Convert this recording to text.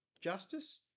justice